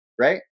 right